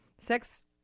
sex